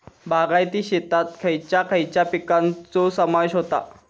बागायती शेतात खयच्या खयच्या पिकांचो समावेश होता?